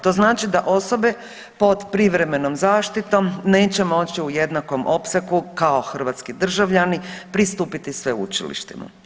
To znači da osobe pod privremenom zaštitom neće moći u jednakom opsegu kao hrvatski državljani pristupiti sveučilištima.